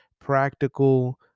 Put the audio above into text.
practical